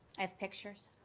i have pictures.